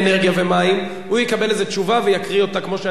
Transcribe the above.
הוא יקבל איזו תשובה ויקריא אותה כמו שאני יכול להקריא אותה עכשיו.